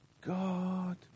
God